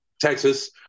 Texas